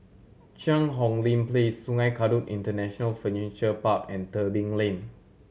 Cheang Hong Lim Place Sungei Kadut International Furniture Park and Tebing Lane